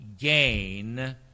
gain